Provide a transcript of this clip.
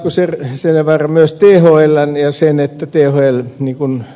asko seljavaara myös thln ja sen että thl niin kuin ed